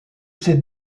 ses